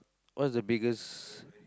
what's the biggest